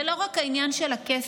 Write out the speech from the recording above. זה לא רק העניין של הכסף,